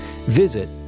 visit